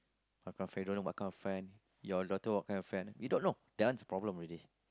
what kind of friend you don't know what kind of friend your daughter what kind of friend you don't know they answer problem already